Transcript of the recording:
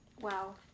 wow